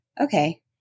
okay